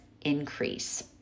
increase